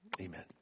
amen